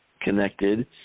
connected